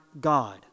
God